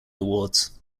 awards